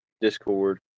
Discord